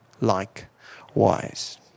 likewise